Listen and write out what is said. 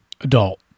adult